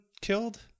killed